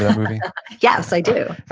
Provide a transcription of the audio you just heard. yes. i do